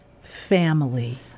family